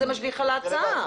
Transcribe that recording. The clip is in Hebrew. זה משליך על ההצעה.